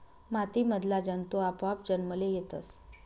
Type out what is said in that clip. माती मधला जंतु आपोआप जन्मले येतस